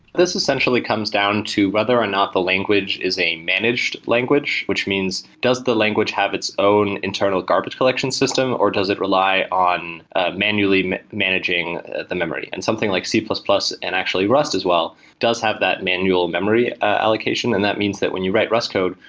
this essentially comes down to whether or not the language is a managed language, which means does the language have its own internal garbage collection system or does it rely on manually managing the memory? and something like c plus plus and actually rust as well does have that manual memory allocation, and that means that when you write rust code,